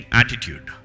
attitude